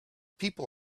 people